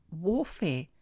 warfare